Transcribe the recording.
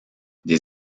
des